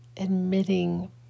admitting